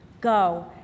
go